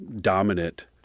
dominant